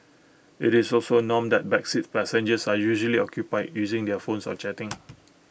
IT is also A norm that back seat passengers are usually occupied using their phones or chatting